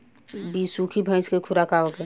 बिसुखी भैंस के खुराक का होखे?